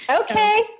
Okay